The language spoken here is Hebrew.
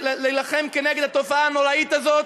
להילחם נגד התופעה הנוראית הזאת